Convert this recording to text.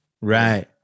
Right